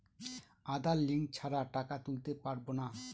আধার link ছাড়া টাকা তুলতে পারব না?